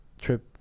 trip